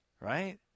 Right